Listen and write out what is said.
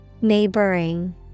Neighboring